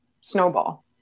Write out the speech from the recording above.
snowball